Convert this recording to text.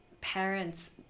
parents